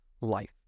life